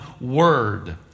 word